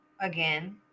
again